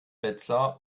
wetzlar